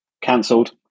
cancelled